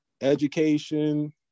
education